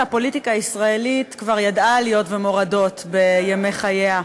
הפוליטיקה הישראלית כבר ידעה עליות ומורדות בימי חייה.